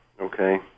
Okay